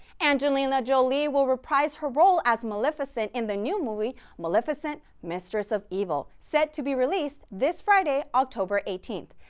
angelina jolie will reprise her role as maleficent in the new movie maleficent mistress of evil set to be released this friday october eighteenth.